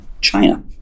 China